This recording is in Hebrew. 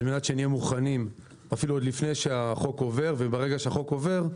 על מנת שנהיה מוכנים אפילו עוד לפני שהחוק עובר וברגע שהחוק עובר,